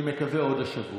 אני מקווה שעוד השבוע.